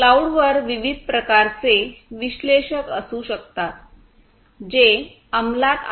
cloud वर विविध प्रकारचे विश्लेषक असू शकतात जे अंमलात आणले जाऊ शकतात